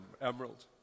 emerald